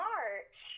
March